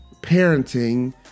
parenting